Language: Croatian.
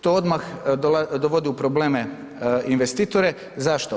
To odmah dovodi u probleme investitore, zašto?